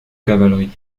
cavalerie